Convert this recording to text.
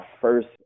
first